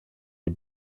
die